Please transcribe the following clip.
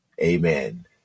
Amen